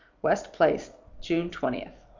west place, june twentieth.